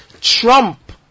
Trump